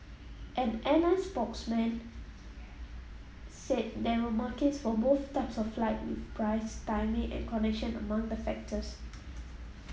an airline spokesman said there were markets for both types of flight with price timing and connection among the factors